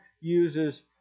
uses